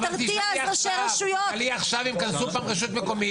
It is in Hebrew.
תשאלי עכשיו אם קנסו פעם רשות מקומית.